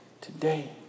today